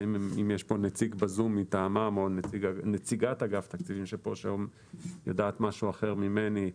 ואם יש פה נציג בזום מטעמם או נציגת אגף תקציבים שיודעת משהו אחר ממני,